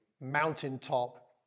mountaintop